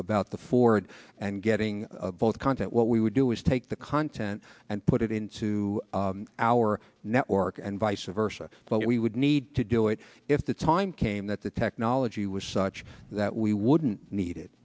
about the ford and getting both content what we would do is take the content and put it into our network and vice versa but we would need to do it if the time came that the technology was such that we wouldn't need it